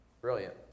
Brilliant